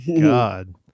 God